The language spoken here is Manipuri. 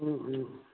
ꯎꯝ ꯎꯝ